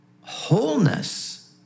wholeness